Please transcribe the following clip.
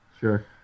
sure